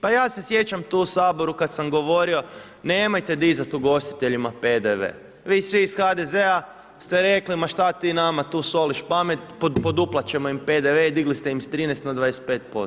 Pa ja se sjećam tu u Saboru kada sam govorio nemojte dizati ugostiteljima PDV, vi svi iz HDZ-a ste rekli ma šta ti nama tu soliš pamet, poduplati ćemo im PDV i digli ste im sa 13 na 25%